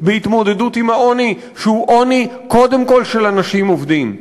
בהתמודדות עם העוני שהוא עוני קודם כול של אנשים עובדים.